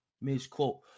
misquote